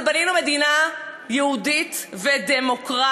אבל בנינו מדינה יהודית ודמוקרטית.